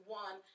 one